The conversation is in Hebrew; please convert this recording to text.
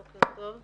בוקר טוב.